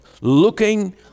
Looking